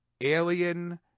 Alien